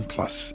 Plus